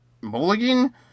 Mulligan